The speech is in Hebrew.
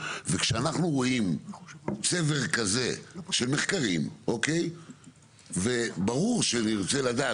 וכשאנחנו רואים צבר כזה של מחקרים וברור שנרצה לדעת,